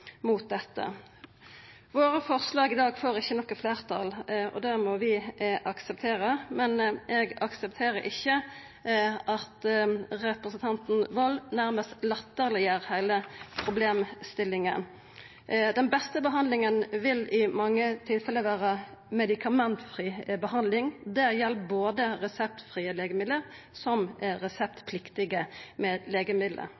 dette. Forslaga våre i dag får ikkje fleirtal. Det må vi akseptera, men eg aksepterer ikkje at representanten Wold nærmast latterleggjer heile problemstillinga. Den beste behandlinga vil i mange tilfelle vera medikamentfri behandling. Det gjeld reseptfrie legemiddel så vel som reseptpliktige legemiddel.